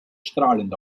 strahlend